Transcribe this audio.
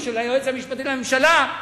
או של היועץ המשפטי לממשלה,